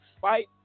fight